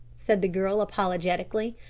said the girl apologetically.